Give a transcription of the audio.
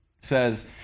says